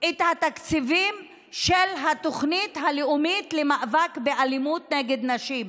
את התקציבים של התוכנית הלאומית למאבק באלימות נגד נשים,